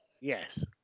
Yes